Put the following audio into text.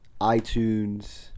iTunes